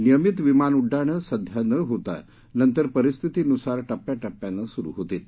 नियमित विमान उड्डाणं सध्या न होता नंतर परिस्थिती नुसार टप्प्या टप्प्यानं सुरु होतील